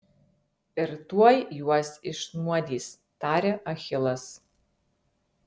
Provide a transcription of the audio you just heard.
ir tuoj juos išnuodys tarė achilas